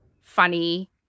funny